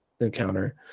encounter